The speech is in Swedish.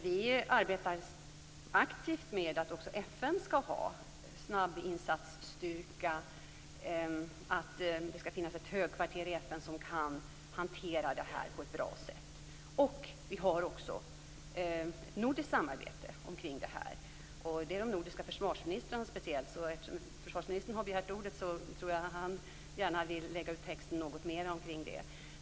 Vi arbetar aktivt för att också FN skall ha snabbinsatsstyrka och att det skall finnas ett högkvarter i FN som skall sköta hanteringen på ett bra sätt. Vi har också ett nordiskt samarbete kring fredsfrämjande verksamhet, speciellt mellan de nordiska försvarsministrarna. Eftersom försvarsministern har begärt ordet, tror jag att han gärna vill lägga ut texten något mer i frågan.